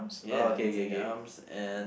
yeah Into Your Arms and